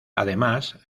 además